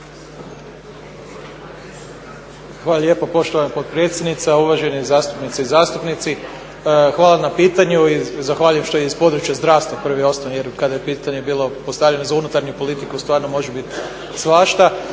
Hvala lijepa poštovana potpredsjednice. Uvaženi zastupnice i zastupnici hvala na pitanju i zahvaljujem što je iz područja zdravstva prvo i osnovno jer kada je pitanje bilo postavljeno za unutarnju politiku stvarno može biti svašta.